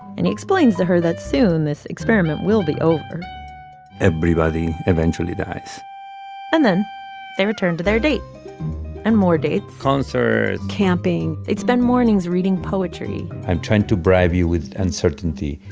and he explains to her that, soon, this experiment will be over everybody eventually dies and then they return to their date and more dates. concerts. camping. they'd spend mornings reading poetry i'm trying to bribe you with uncertainty,